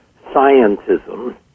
scientism